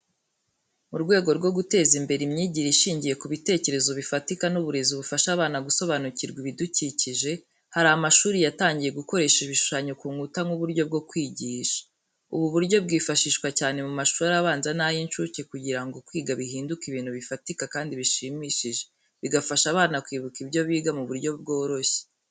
Mu rwego rwo guteza imbere imyigire ishingiye ku bitekerezo bifatika n’uburezi bufasha abana gusobanukirwa ibidukikije, hari amashuri yatangiye gukoresha ibishushanyo ku nkuta nk’uburyo bwo kwigisha. Ubu buryo bwifashishwa cyane mu mashuri abanza n’ay’incuke kugira ngo kwiga bihinduke ibintu bifatika kandi bishimishije, bigafasha abana kwibuka ibyo biga mu buryo bworoshye.